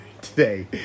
today